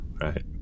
right